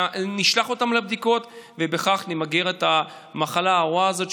נשלח אותם לבדיקות ובכך נמגר את המחלה הארורה הזאת,